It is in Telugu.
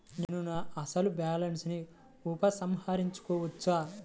నేను నా అసలు బాలన్స్ ని ఉపసంహరించుకోవచ్చా?